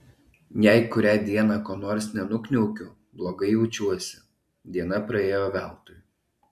jei kurią dieną ko nors nenukniaukiu blogai jaučiuosi diena praėjo veltui